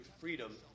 freedom